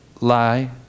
lie